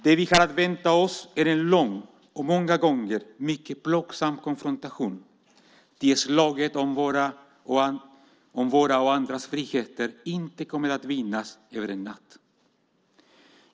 Det vi har att vänta oss är en lång och många gånger mycket plågsam konfrontation, ty slaget om våra och andras friheter kommer inte att vinnas över en natt.